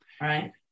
Right